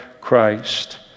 Christ